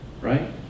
Right